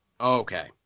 Okay